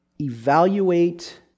evaluate